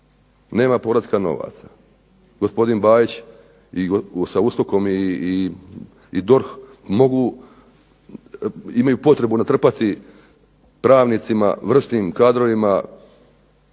Nema povratka novaca. Gospodin Bajić sa USKOK-om i DORH mogu, imaju potrebu natrpati pravnicima, vrsnim kadrovima